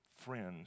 friends